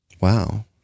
Wow